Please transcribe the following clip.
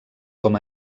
com